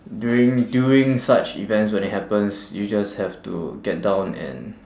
during doing such events when it happens you just have to get down and